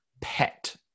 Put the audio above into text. pet